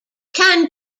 can